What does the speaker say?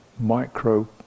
micro